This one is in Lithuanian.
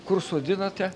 kur sodinate